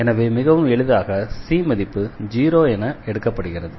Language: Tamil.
எனவே மிகவும் எளிதாக C மதிப்பு 0 என எடுக்கப்படுகிறது